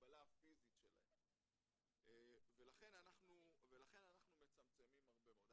המגבלה הפיזית שלהם, לכן אנחנו מצמצמים הרבה מאוד.